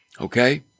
okay